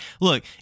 look